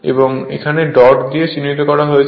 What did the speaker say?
এবং এখানে ডট দিয়েও চিহ্নিত করা হয়েছে